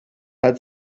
hat